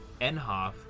Enhoff